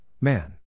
man